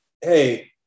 hey